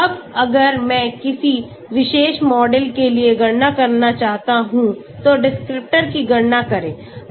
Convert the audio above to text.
अब अगर मैं किसी विशेष मॉडल के लिए गणना करना चाहता हूं तो डिस्क्रिप्टर की गणना करें